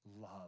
love